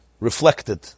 reflected